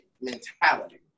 mentality